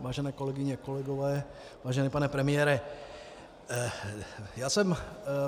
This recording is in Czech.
Vážené kolegyně, kolegové, vážený pane premiére, já jsem